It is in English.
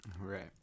Right